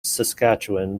saskatchewan